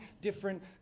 different